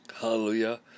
hallelujah